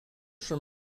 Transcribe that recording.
from